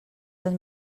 les